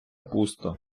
пусто